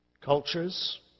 cultures